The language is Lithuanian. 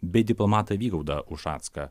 bei diplomatą vygaudą ušacką